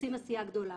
עושים עשייה גדולה.